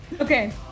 Okay